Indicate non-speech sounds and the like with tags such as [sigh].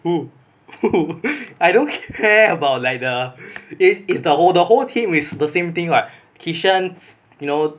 who who [laughs] I don't care about like the is is the whole the whole thing with the same thing like kishan you know